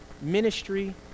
Ministry